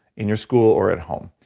in your school or at home?